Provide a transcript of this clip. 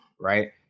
Right